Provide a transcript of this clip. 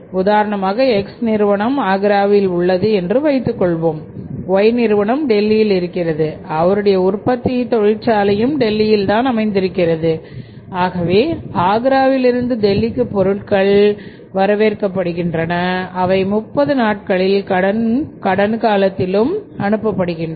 உதாரணமாக X நிறுவனம் ஆக்ராவில் உள்ளது என்று வைத்துக்கொள்வோம் Y நிறுவனம் டெல்லியில் இருக்கிறது அவருடைய உற்பத்தி தொழிற்சாலையும் டெல்லியில் அமைந்திருக்கிறது ஆகவே ஆக்ராவில் இருந்து டெல்லிக்கு பொருட்கள் வரவேற்கப்படுகின்றன அவை 30 நாட்களில் கடன் பெற்று வருகின்றன